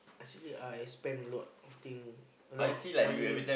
actually I spend a lot of thing a lot of money